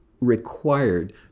required